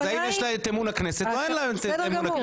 זה האם יש לה את אמון הכנסת או אין לה את אמון הכנסת.